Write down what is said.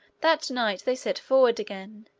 that night they set forward again,